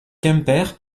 quimper